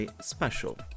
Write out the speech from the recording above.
Special